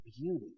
beauty